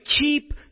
keep